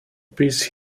piece